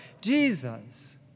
Jesus